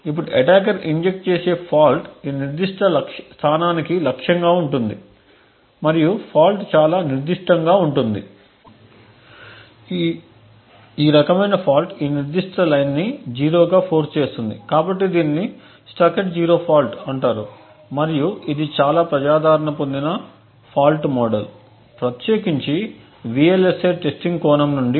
ఇప్పుడు attacker inject చేసే fault ఈ నిర్దిష్ట స్థానానికి లక్ష్యంగా ఉంటుంది మరియు ఫాల్ట్ చాలా నిర్దిష్టంగా ఉంటుంది ఈ రకమైన ఫాల్ట్ ఈ నిర్దిష్ట లైన్ని 0 గా ఫోర్స్ చేస్తుంది కాబట్టి దీనిని స్టక్ ఎట్ 0 ఫాల్ట్ అంటారు మరియు ఇది చాలా ప్రజాదరణ పొందిన ఫాల్ట్ మోడల్ ప్రత్యేకించి VLSI టెస్టింగ్ కోణం నుండి